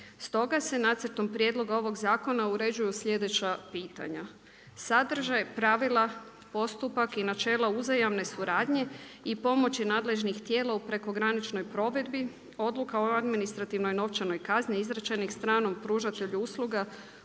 S toga se nacrtom prijedlogom ovog zakona uređuju sljedeća pitanja. Sadržaj pravila postupak i načela uzajamne suradnje i pomoći nadležnih tijela u prekograničnoj provedbi, odluka o administrativnoj novčanih kazni izrečenih stranom pružatelju usluga